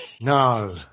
No